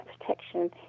protection